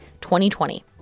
2020